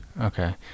Okay